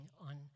on